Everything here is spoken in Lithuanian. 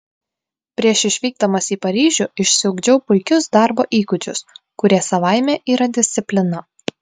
prieš išvykdamas į paryžių išsiugdžiau puikius darbo įgūdžius kurie savaime yra disciplina